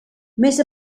més